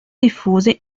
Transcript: diffuse